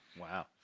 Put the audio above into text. wow